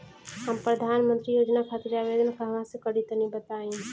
हम प्रधनमंत्री योजना खातिर आवेदन कहवा से करि तनि बताईं?